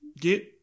Get